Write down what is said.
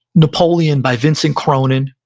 napoleon by vincent cronin,